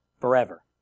forever